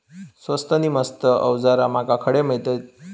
स्वस्त नी मस्त अवजारा माका खडे मिळतीत?